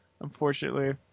unfortunately